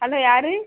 hello யார்